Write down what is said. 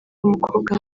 umukobwa